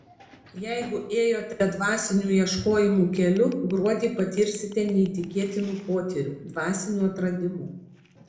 jeigu ėjote dvasinių ieškojimų keliu gruodį patirsite neįtikėtinų potyrių dvasinių atradimų